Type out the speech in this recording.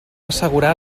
assegurar